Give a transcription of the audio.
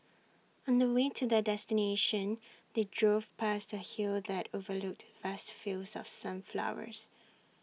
on the way to their destination they drove past A hill that overlooked vast fields of sunflowers